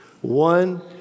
One